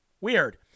Weird